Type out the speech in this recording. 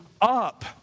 up